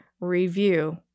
review